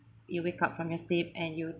you wake up from your sleep and you